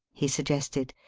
he suggested.